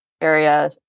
area